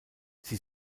sie